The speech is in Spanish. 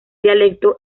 dialecto